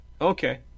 Okay